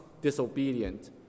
disobedient